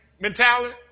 mentality